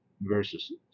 versus